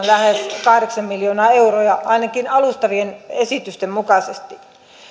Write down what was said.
lähes kahdeksan miljoonaa euroa ainakin alustavien esitysten mukaan